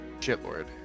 shitlord